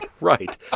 right